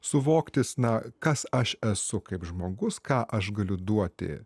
suvoktis na kas aš esu kaip žmogus ką aš galiu duoti